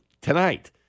tonight